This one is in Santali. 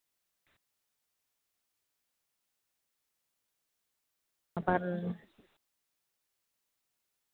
ᱟᱵᱟᱨ